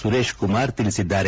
Suresh Kumar ತಿಳಸಿದ್ದಾರೆ